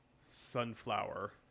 Sunflower